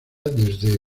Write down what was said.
desde